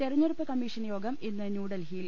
തെരഞ്ഞെടുപ്പ് കമ്മീഷൻയോഗം ഇന്ന് ന്യൂഡൽഹിയിൽ